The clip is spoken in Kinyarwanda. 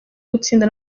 gutsinda